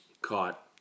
caught